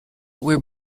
where